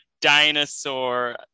dinosaur